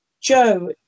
Joe